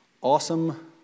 awesome